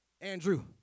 Andrew